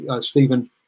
Stephen